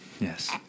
Yes